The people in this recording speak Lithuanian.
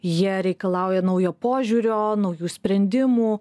jie reikalauja naujo požiūrio naujų sprendimų